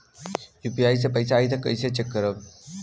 UPI से पैसा आई त कइसे चेक करब?